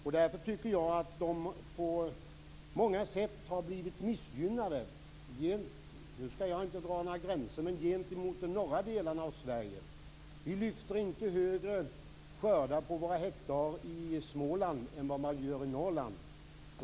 Jag skall inte dra några gränser, men jag tycker att dessa lantbrukare på många sätt har blivit missgynnade gentemot den norra delen av Sverige. Vi lyfter inte större skördar på våra hektar i Småland än vad man gör i Norrland.